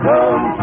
Come